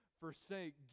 forsake